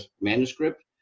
manuscript